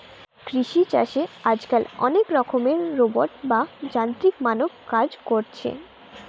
কৃষি চাষে আজকাল অনেক রকমের রোবট বা যান্ত্রিক মানব কাজ কোরছে